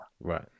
Right